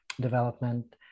development